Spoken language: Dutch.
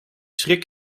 schrik